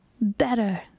better